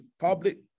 public